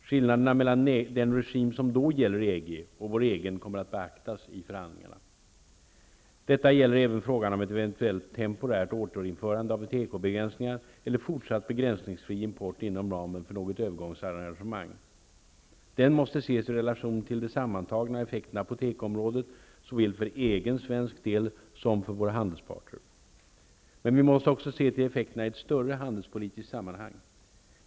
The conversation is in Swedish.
Skillnaderna mellan den regim som då gäller i EG och vår egen kommer att beaktas i förhandlingarna. Detta gäller även frågan om ett eventuellt temporärt återinförande av tekobegränsningar eller fortsatt begränsningsfri import inom ramen för något övergångsarrangemang. Den måste ses i relation till de sammantagna effekterna på tekoområdet såväl för egen, svensk, del som för våra handelspartner. Men vi måste också se till effekterna i ett större handelspolitiskt sammanhang.